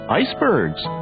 icebergs